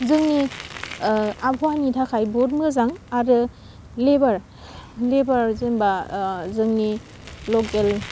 जोंनि आबहावानि थाखाय बहुद मोजां आरो लेभार जेनबा जोंनि लकेल